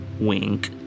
wink